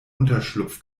unterschlupf